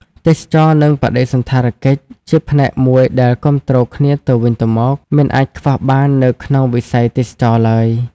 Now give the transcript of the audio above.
ទេសចរណ៍និងបដិសណ្ឋារកិច្ចជាផ្នែកមួយដែលគាំទ្រគ្នាទៅវិញទៅមកមិនអាចខ្វះបាននៅក្នុងវិស័យទេសចរណ៍ទ្បើយ។